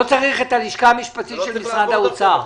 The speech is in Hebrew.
לא צריך את הלשכה המשפטית של משרד האוצר.